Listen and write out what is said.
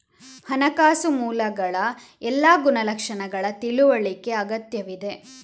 ಹಣಕಾಸು ಮೂಲಗಳ ಎಲ್ಲಾ ಗುಣಲಕ್ಷಣಗಳ ತಿಳುವಳಿಕೆ ಅಗತ್ಯವಿದೆ